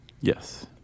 Yes